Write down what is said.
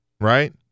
right